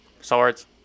Swords